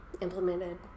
Implemented